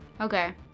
Okay